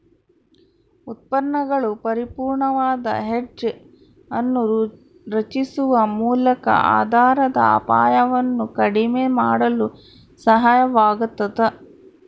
ಉತ್ಪನ್ನಗಳು ಪರಿಪೂರ್ಣವಾದ ಹೆಡ್ಜ್ ಅನ್ನು ರಚಿಸುವ ಮೂಲಕ ಆಧಾರದ ಅಪಾಯವನ್ನು ಕಡಿಮೆ ಮಾಡಲು ಸಹಾಯವಾಗತದ